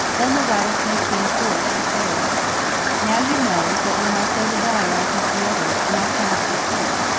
then the rattlesnake came forth declaring now you know that when i so desire i can see others and i cannot be seen.